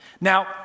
Now